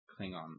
Klingons